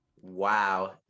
Wow